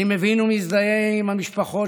אני מבין ומזדהה עם המשפחות